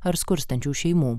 ar skurstančių šeimų